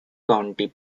county